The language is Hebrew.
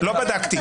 לא בדקתי.